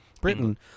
Britain